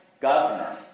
governor